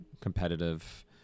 competitive